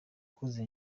kuzuza